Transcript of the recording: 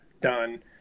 done